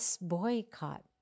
boycott